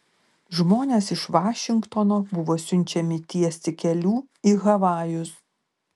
žmonės iš vašingtono buvo siunčiami tiesti kelių į havajus